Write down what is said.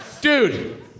Dude